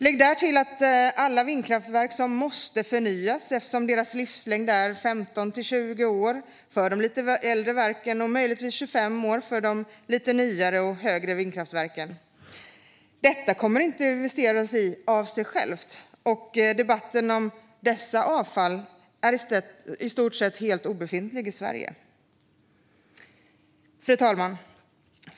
Lägg därtill alla vindkraftverk som måste förnyas eftersom deras livslängd är 15-20 år för de lite äldre verken och möjligtvis 25 år för de lite nyare och högre vindkraftverken. Det här kommer inte att investeras i av sig självt, och debatten om avfallet från detta är i stort sett obefintlig i Sverige. Fru talman!